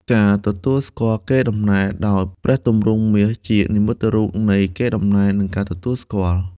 ការទទួលស្គាល់កេរដំណែលដោយព្រះទម្រង់មាសជានិមិត្តរូបនៃកេរដំណែល និងការទទួលស្គាល់។